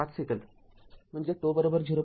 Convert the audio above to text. ५ second म्हणजे ζ ०